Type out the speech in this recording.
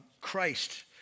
Christ